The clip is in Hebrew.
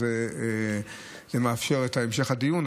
אז זה מאפשר את המשך הדיון,